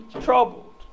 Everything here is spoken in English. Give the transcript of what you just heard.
troubled